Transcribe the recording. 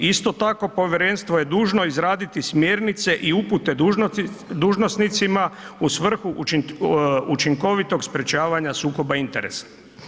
Isto tako povjerenstvo je dužno izraditi smjernice i upute dužnosnicima u svrhu učinkovitog sprječavanja sukoba interesa.